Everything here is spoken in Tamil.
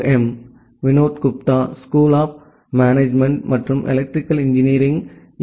M Vinod Gupta school of management மற்றும் எலக்ட்ரிக்கல் இன்ஜினியரிங் இ